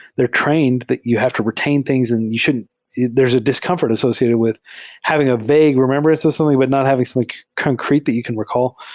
they're trained that you have to reta in things and you shouldn't there's a discomfort associated with having a vague remembrance of something, but not having like concrete that you can recall.